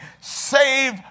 save